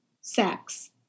sex